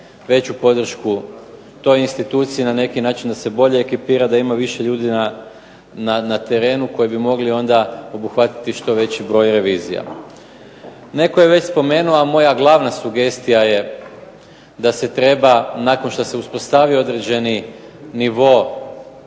veću podršku toj instituciji na neki način da se bolje ekipira, da ima više ljudi na terenu koji bi mogli onda obuhvatiti što veći broj revizija. Netko je već spomenuo a moja glavna sugestija je da se treba nakon što se uspostavi određeni nivo